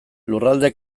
lurralde